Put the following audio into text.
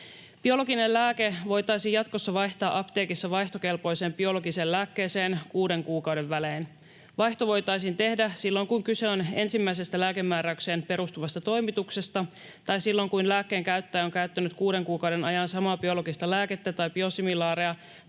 Biologinen lääke voitaisiin jatkossa vaihtaa apteekissa vaihtokelpoiseen biologiseen lääkkeeseen kuuden kuukauden välein. Vaihto voitaisiin tehdä silloin, kun kyse on ensimmäisestä lääkemääräykseen perustuvasta toimituksesta tai silloin, kun lääkkeen käyttäjä on käyttänyt kuuden kuukauden ajan samaa biologista lääkettä tai biosimilaaria